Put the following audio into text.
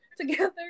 together